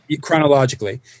Chronologically